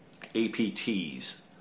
APTs